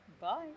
Bye